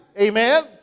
Amen